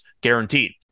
guaranteed